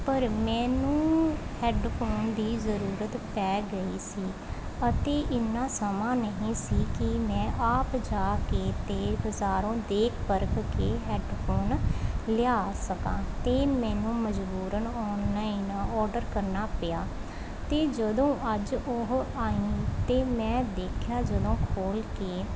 ਪਰ ਮੈਨੂੰ ਹੈੱਡਫੋਨ ਦੀ ਜ਼ਰੂਰਤ ਪੈ ਗਈ ਸੀ ਅਤੇ ਇੰਨਾ ਸਮਾਂ ਨਹੀਂ ਸੀ ਕਿ ਮੈਂ ਆਪ ਜਾ ਕੇ ਅਤੇ ਬਾਜ਼ਾਰੋਂ ਦੇਖ ਪਰਖ ਕੇ ਹੈੱਡਫੋਨ ਲਿਆ ਸਕਾਂ ਤਾਂ ਮੈਨੂੰ ਮਜ਼ਬੂਰਨ ਔਨਲਾਈਨ ਔਡਰ ਕਰਨਾ ਪਿਆ ਅਤੇ ਜਦੋਂ ਅੱਜ ਉਹ ਆਏ ਅਤੇ ਮੈਂ ਦੇਖਿਆ ਜਦੋਂ ਖੋਲ੍ਹ ਕੇ